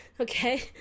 Okay